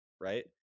right